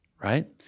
right